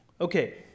Okay